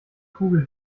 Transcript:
kugel